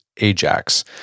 Ajax